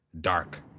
dark